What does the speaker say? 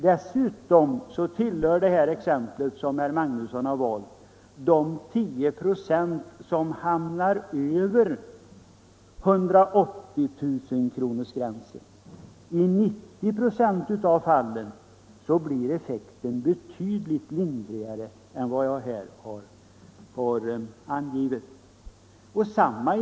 Dessutom tillhör villan i det här exemplet de 10 26 som hamnar över 180 000-kronorsgränsen. I 90 96 av fallen blir effekten betydligt lindrigare än vad jag här har angivit.